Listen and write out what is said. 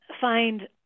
find